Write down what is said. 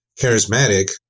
charismatic